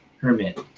permit